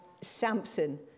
Samson